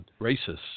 racists